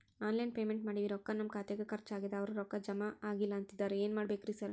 Online payment ಮಾಡೇವಿ ರೊಕ್ಕಾ ನಮ್ ಖಾತ್ಯಾಗ ಖರ್ಚ್ ಆಗ್ಯಾದ ಅವ್ರ್ ರೊಕ್ಕ ಜಮಾ ಆಗಿಲ್ಲ ಅಂತಿದ್ದಾರ ಏನ್ ಮಾಡ್ಬೇಕ್ರಿ ಸರ್?